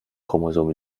chromosom